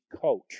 coach